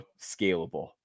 scalable